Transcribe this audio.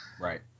Right